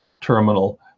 terminal